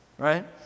right